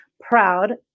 proud